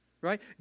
Right